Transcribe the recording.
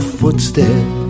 footsteps